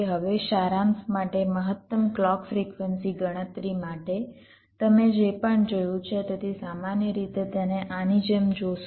હવે સારાંશ માટે મહત્તમ ક્લૉક ફ્રિક્વન્સી ગણતરી માટે તમે જે પણ જોયું છે તેથી સામાન્ય રીતે તેને આની જેમ જોશું